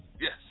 Yes